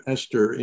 Esther